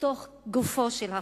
בתוך גופו של החוק,